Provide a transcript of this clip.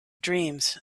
dreams